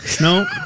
No